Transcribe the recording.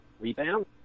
rebound